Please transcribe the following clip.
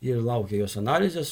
ir laukia jos analizės